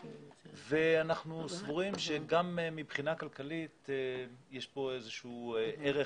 ואנחנו סבורים שגם מבחינה כלכלית יש כאן איזשהו ערך